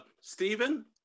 Stephen